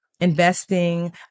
investing